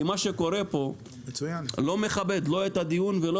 כי מה שקורה פה לא מכבד לא את הדיון ולא